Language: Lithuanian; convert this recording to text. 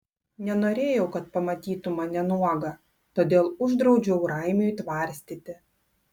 nenorėjau kad pamatytų mane nuogą todėl uždraudžiau raimiui tvarstyti